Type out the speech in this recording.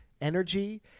energy